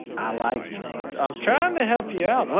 i like bling. i'm trying to help you out,